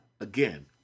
again